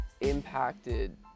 impacted